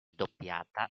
doppiata